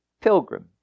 pilgrim